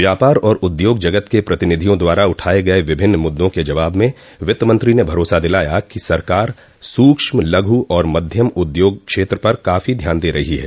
व्यापार और उद्योग जगत के प्रतिनिधियों द्वारा उठाए गए विभिन्न मुद्दों के जवाब में वित्तमंत्री ने भरोसा दिलाया कि सरकार सूक्ष्म लघु और मध्यम उद्योग क्षेत्र पर काफो ध्यान दे रही है